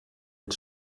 mit